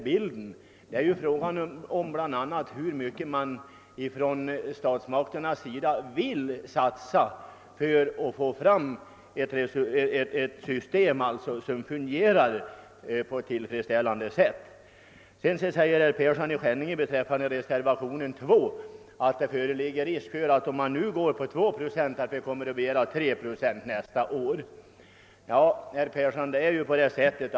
Bland annat är det fråga om hur mycket man från statsmakternas sida vill satsa för att få fram ett system som fungerar tillfredsställande. Beträffande reservation 2 säger herr Persson att det föreligger risk för att vi kommer att begära tre procent nästa år, om riksdagen nu går med på två procent.